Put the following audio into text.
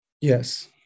Yes